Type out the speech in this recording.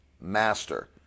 master